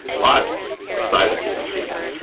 lots of cyberworks machines,